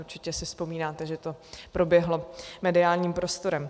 Určitě si vzpomínáte, že to proběhlo mediálním prostorem.